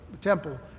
temple